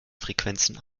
frequenzen